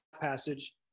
passage